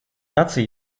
наций